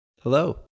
Hello